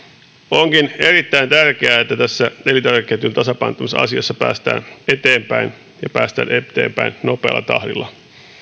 onkin erittäin tärkeää että tässä elintarvikeketjun tasapainottamisasiassa päästään eteenpäin ja päästään eteenpäin nopealla tahdilla